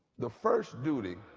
the first duty